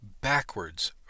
backwards